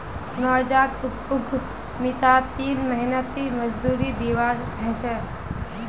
नवजात उद्यमितात तीन महीनात मजदूरी दीवा ह छे